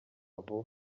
vuba